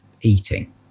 eating